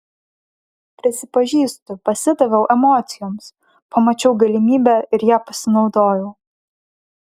prisipažįstu pasidaviau emocijoms pamačiau galimybę ir ja pasinaudojau